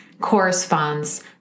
corresponds